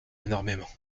énormément